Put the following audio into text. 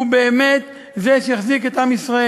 הוא שהחזיק את עם ישראל.